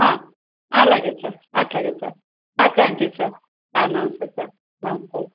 అలాగే సార్ అలాగే sir thank you sir నమస్తే సార్ నమస్తే